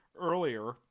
earlier